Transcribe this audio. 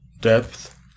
depth